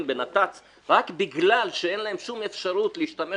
בנת"ץ רק בגלל שאין להם שום אפשרות להשתמש